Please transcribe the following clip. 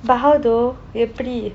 but how though எப்படி:eppadi